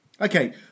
Okay